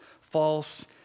false